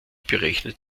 berechnet